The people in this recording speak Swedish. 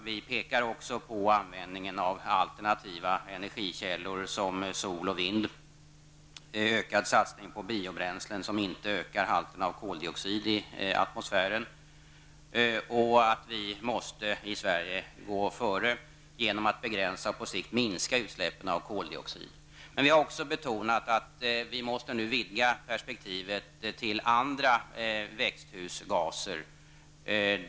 Vi pekar även på användningen av alternativa energikällor som sol och vind, ökad satsning på biobränslen som inte ökar halten av koldioxid i atmosfären och att vi i Sverige måste gå före genom att begränsa och på sikt minska utsläppen av koldioxid. Men vi har också betonat att vi nu måste vidga perspektivet till att gälla även andra växthusgaser.